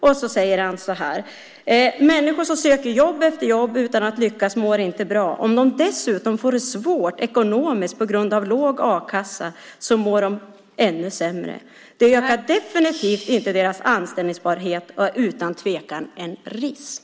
Vidare säger man så här: Människor som söker jobb efter jobb utan att lyckas mår inte bra. Om de dessutom får det svårt ekonomiskt på grund av låg a-kassa mår de ännu sämre. Det ökar definitivt inte deras anställningsbarhet och är utan tvekan en risk.